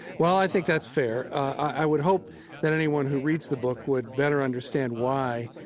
well i think that's fair. i would hope that anyone who reads the book would better understand why